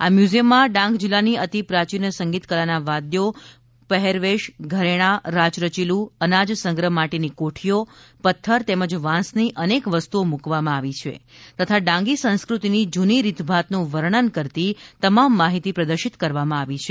આ મ્યુઝિયમમાં ડાંગ જિલ્લાની અતિ પ્રાચીન સંગીત કલાના વાદ્યો પહેરવેશ ઘરેણાં રાચરચીલું અનાજ સંગ્રહ માટેની કોઠીઓ પથ્થર તેમજ વાંસની અનેક વસ્તુઓ મુકવામાં આવી છે તથા ડાંગી સંસ્કૃતિની જૂની રીતભાતનું વર્ણન કરતી તમામ માહિતી પ્રદર્શિત કરવામાં આવી છે